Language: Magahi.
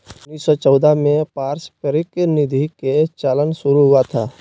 उन्नीस सौ चौदह में पारस्परिक निधि के चलन शुरू हुआ था